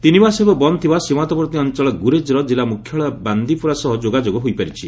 ତିନିମାସ ହେବ ବନ୍ଦ ଥିବା ସୀମାନ୍ତବର୍ତ୍ତୀ ଅଞ୍ଚଳ ଗୁରେଜ ମଧ୍ୟ କିଲ୍ଲା ମୁଖ୍ୟାଳୟ ବାନ୍ଦିପୋରା ସହ ଯୋଗାଯୋଗ ହୋଇପାରିଛି